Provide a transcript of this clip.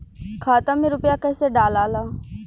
खाता में रूपया कैसे डालाला?